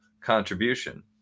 contribution